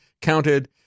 counted